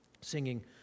singing